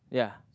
ya